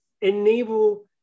enable